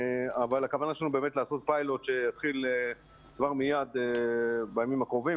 אבל הכוונה שלנו באמת לעשות פיילוט שיתחיל בימים הקרובים,